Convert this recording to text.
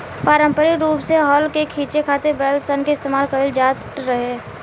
पारम्परिक रूप से हल के खीचे खातिर बैल सन के इस्तेमाल कईल जाट रहे